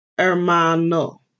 Hermano